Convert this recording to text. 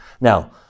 Now